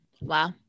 Wow